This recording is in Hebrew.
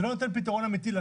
זה לא ייתן פתרון לשוק.